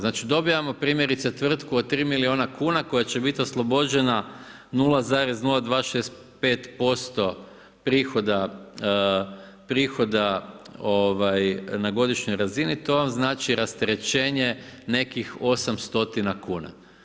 Znači dobivamo primjerice tvrtku od 3 milijuna kuna koja će biti oslobođena 0,0265% prihoda na godišnjoj razini, to vam znači rasterećenje nekih 8 stotina kuna.